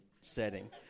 setting